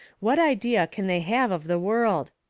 what idea can they have of the world?